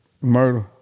Murder